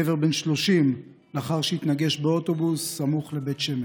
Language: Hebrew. גבר בן 30, לאחר שהתנגש באוטובוס סמוך לבית שמש.